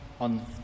on